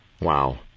Wow